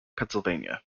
pennsylvania